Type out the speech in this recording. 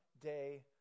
day